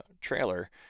trailer